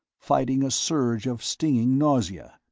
fighting a surge of stinging nausea.